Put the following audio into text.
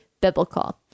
biblical